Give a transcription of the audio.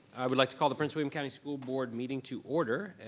i would like to call the prince william county school board meeting to order.